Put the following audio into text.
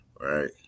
right